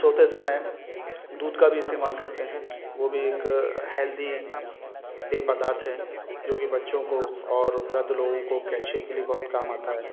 सोते समय दूध का भी इस्तेमाल करते हैं वो भी एक हेल्दी पेय पदार्थ हैं जो कि बच्चों को और वृद्ध लोगों को कैल्शियम के लिए बहुत काम आता है